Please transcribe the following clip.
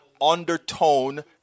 undertone